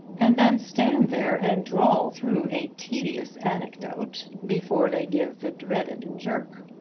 and then stand there and drawl through a tedious anecdote before they give the dreaded jerk.